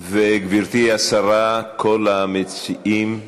גברתי השרה, כל המציעים,